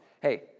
Hey